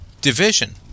division